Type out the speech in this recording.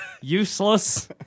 useless